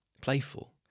playful